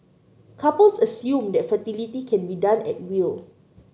couples assume that fertility can be done at will